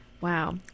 Wow